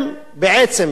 הם בעצם,